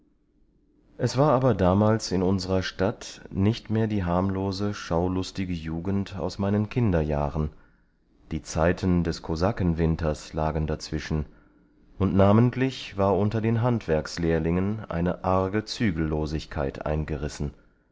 es war aber damals in unserer stadt nicht mehr die harmlose schaulustige jugend aus meinen kinderjahren die zeiten des kosakenwinters lagen dazwischen und namentlich war unter den handwerkslehrlingen eine arge zügellosigkeit eingerissen